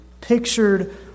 pictured